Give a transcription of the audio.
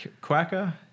Quacker